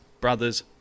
Brothers